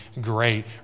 great